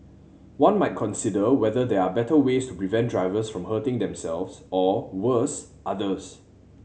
one might consider whether there are better ways to prevent drivers from hurting themselves or worse others